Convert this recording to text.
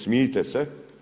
Smijte se!